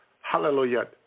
hallelujah